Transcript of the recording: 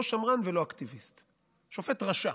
לא שמרן ולא אקטיביסט שופט רשע,